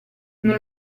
non